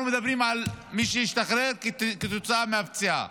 אנחנו מדברים על מי שהשתחרר כתוצאה מהפציעה.